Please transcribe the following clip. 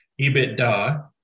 EBITDA